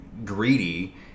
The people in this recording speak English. Greedy